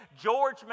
George